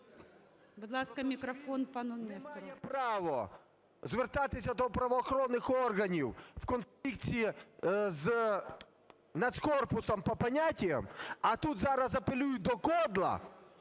Будь ласка, мікрофону пану Нестору.